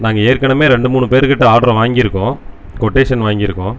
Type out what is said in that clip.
நாங்கள் ஏற்க்கனவே ரெண்டு மூணு பேருக்கிட்ட ஆர்ட்ரை வாங்கிருக்கோம் கொட்டேஷன் வாங்கியிருக்கோம்